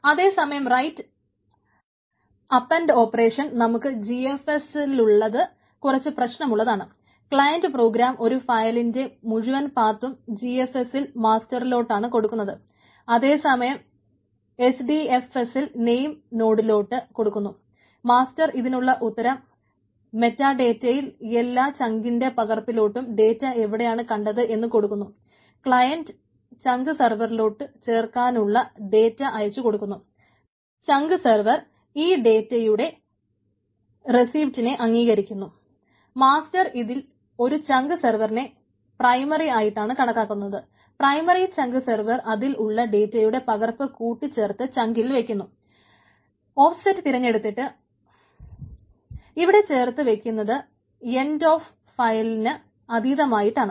അതെ സമയം right append operation അതീതമായിട്ടാണ്